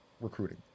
recruiting